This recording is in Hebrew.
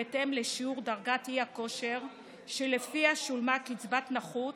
בהתאם לשיעור דרגת האי-כושר שלפיה שולמה להם קצבת נכות